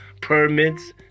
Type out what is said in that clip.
permits